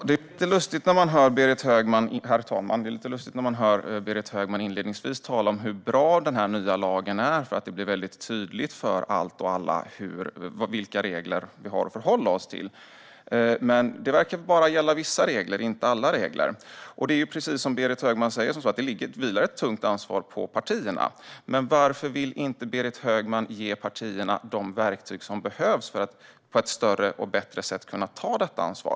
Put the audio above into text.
Herr talman! Det är lite lustigt att höra Berit Högman inledningsvis tala om hur bra den nya lagen är, eftersom det blir väldigt tydligt för alla vilka regler vi har att förhålla oss till. Men det verkar bara gälla vissa regler, inte alla. Precis som Berit Högman säger vilar ett tungt ansvar på partierna. Men varför vill inte Berit Högman ge partierna de verktyg som behövs för att på ett bättre sätt kunna ta detta ansvar?